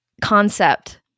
concept